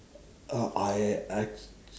oh I I